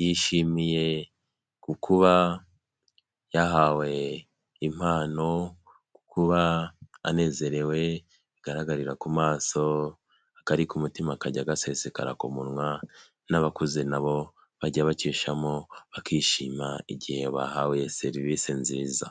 yishimiye kuba yahawe impano ku kuba anezerewe bigaragarira ku maso akari ku umutima kajya gasesekara ku munwa n'abakuze nabo bajya bacishamo bakishima igihe bahawe serivise nziza.